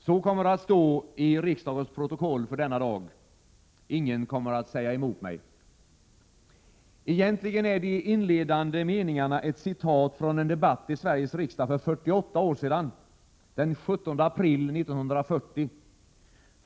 Så kommer det att stå i riksdagens protokoll för denna dag. Ingen kommer att säga emot mig. Egentligen är de inledande meningarna ett citat från en debatt i Sveriges riksdag för 48 år sedan — den 17 april 1940.